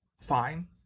fine